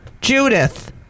Judith